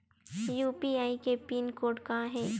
UPI के PIN code का हे?